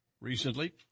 recently